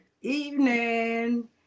evening